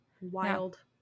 Wild